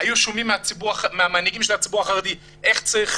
היו שומעים מהמנהיגים של הציבור החרדי איך צריך